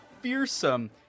fearsome